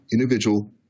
individual